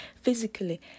physically